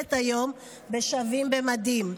וחיילת היום ב"שווים במדים":